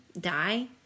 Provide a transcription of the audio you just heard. die